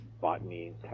botany